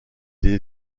des